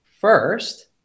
first